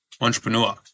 entrepreneur